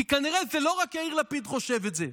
כי כנראה לא רק יאיר לפיד חושב את זה.